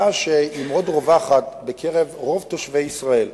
שהיא מאוד רווחת בקרב רוב תושבי ישראל.